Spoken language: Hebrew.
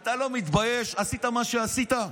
אתה לא מתבייש שעשית מה שעשית?